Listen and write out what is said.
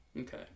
Okay